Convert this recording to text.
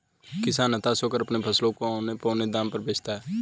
किसान हताश होकर अपने फसलों को औने पोने दाम में बेचता है